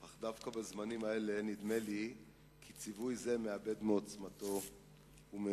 אך דווקא בזמנים האלה נדמה לי כי ציווי זה מאבד מעוצמתו ומייחודו.